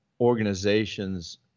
organizations